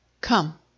Come